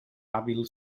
hàbil